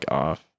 off